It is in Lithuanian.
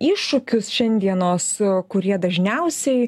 iššūkius šiandienos kurie dažniausiai